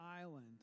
island